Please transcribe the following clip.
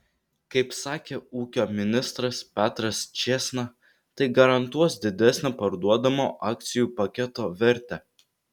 kaip sakė ūkio ministras petras čėsna tai garantuos didesnę parduodamo akcijų paketo vertę